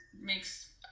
makes